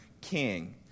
king